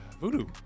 Voodoo